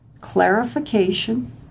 clarification